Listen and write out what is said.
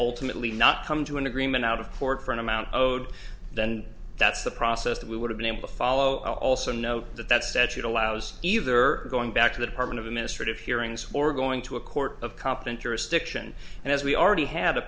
alternately not come to an agreement out of court for an amount owed then that's the process that we would have been able to follow i also know that that statute allows either going back to the department of administrative hearings or going to a court of competent jurisdiction and as we already ha